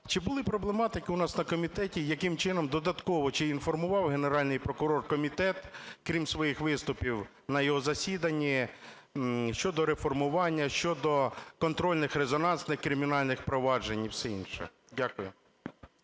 Чи були проблематики у нас на комітеті, яким чином додатково, чи інформував Генеральний прокурор комітет, крім своїх виступів, на його засіданні, щодо реформування, щодо контрольних резонансних, кримінальних проваджень і все інше? Дякую.